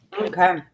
Okay